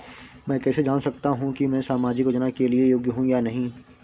मैं कैसे जान सकता हूँ कि मैं सामाजिक योजना के लिए योग्य हूँ या नहीं?